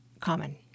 common